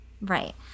Right